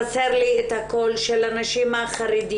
חסר לי את הקול של הנשים החרדיות,